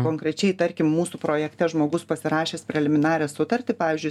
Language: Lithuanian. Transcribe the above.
konkrečiai tarkim mūsų projekte žmogus pasirašęs preliminarią sutartį pavyzdžiui